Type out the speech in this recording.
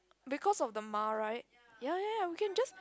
because of the ma right ya ya ya we can just